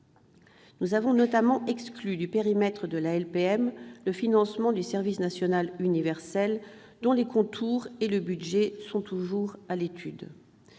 Nous avons notamment exclu du périmètre de la LPM le financement du service national universel, dont les contours et le budget sont toujours à l'étude.